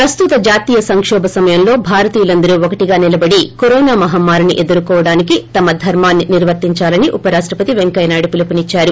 ప్రస్తుత జాతీయ సంకోభ సమయంలో భారతీయులందరూ ఒకటిగా నిలబడి కరోనా మహమ్మారిని ఎదుర్కోవడానికి తమ ధర్మాన్ని నిర్వర్తించాలని ఉపరాష్టపతి వెంకయ్యనాయుడు పిలుపునిచ్చారు